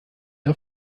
auf